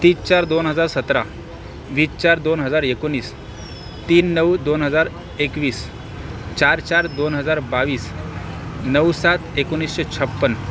तीस चार दोन हजार सतरा वीस चार दोन हजार एकोणीस तीन नऊ दोन हजार एकवीस चार चार दोन हजार बावीस नऊ सात एकोणीसशे छप्पन